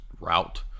route